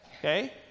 Okay